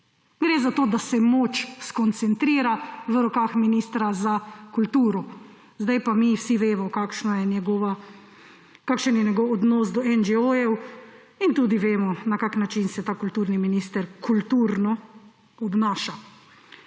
Gre za to, da se moč skoncentrira v rokah ministra za kulturo. Sedaj pa mi vsi vemo, kakšen je njegov odnos do NGO in tudi vemo, na kakšen način se ta kulturni minister kulturno obnaša.